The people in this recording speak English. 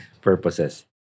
purposes